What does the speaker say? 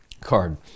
card